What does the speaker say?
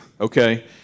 okay